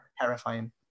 terrifying